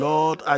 Lord